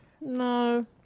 No